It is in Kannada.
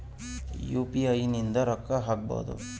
ಯು.ಪಿ.ಐ ಇಂದ ರೊಕ್ಕ ಹಕ್ಬೋದು